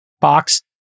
box